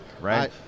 Right